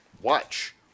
watch